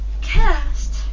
Cast